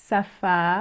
Safa